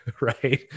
Right